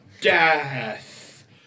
death